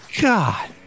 God